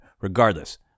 Regardless